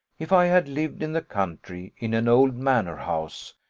if i had lived in the country in an old manor-house,